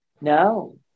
No